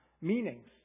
meanings